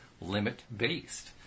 limit-based